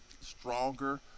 stronger